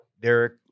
Derek